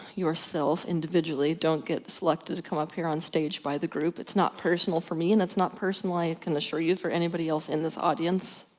yourself individually don't get selected to come up here on stage, by the group. it's not personal for me, and it's not personal i can assure you, for anybody else in this audience.